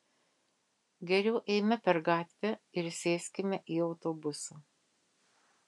geriau eime per gatvę ir sėskime į autobusą